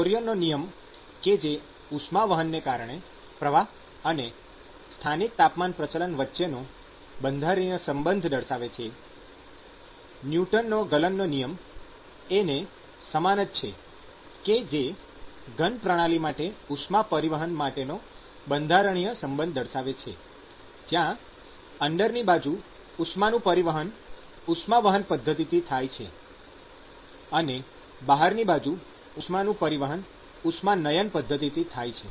ફોરિયરનો નિયમ Fourier's Law કે જે ઉષ્માવહનને કારણે પ્રવાહ અને સ્થાનિક તાપમાન પ્રચલન વચ્ચેનો બંધારણીય સંબંધ દર્શાવે છે ન્યુટનનો ગલનનો નિયમ Newton's Cooling Law એને સમાન જ છે કે જે ઘન પ્રણાલી માટે ઉષ્મા પરિવહન માટેનો બંધારણીય સંબંધ દર્શાવે છે જ્યાં અંદરની બાજુ ઉષ્માનું પરિવહન ઉષ્માવહન પદ્ધતિથી થાય છે અને બહારની બાજુ ઉષ્માનું પરિવહન ઉષ્માનયન પદ્ધતિથી થાય છે